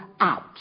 out